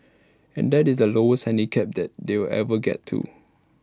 and that's the lowest handicap that they'll ever get to